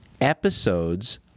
episodes